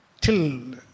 Till